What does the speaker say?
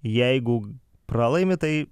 jeigu pralaimi tai